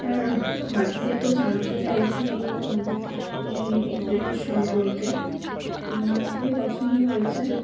আর বাকিদেরকেও জানাতে চাইছি এই হোটেলের সম্পর্কে আমার খুবই পছন্দ হয়েছে